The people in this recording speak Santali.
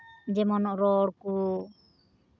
ᱡᱮᱢᱚᱱ ᱨᱚᱲ ᱠᱚ